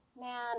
Man